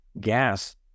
gas